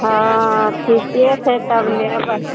हँ ठीके छै तब लेबै